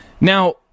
Now